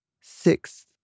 Sixth